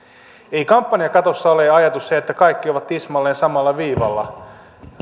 ei kampanjakatossa ole ajatus se että kaikki ovat tismalleen samalla viivalla